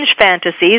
fantasies